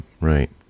right